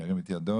ירים את ידו.